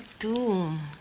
to